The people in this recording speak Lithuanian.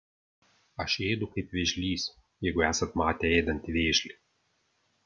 aš ėdu kaip vėžlys jeigu esat matę ėdantį vėžlį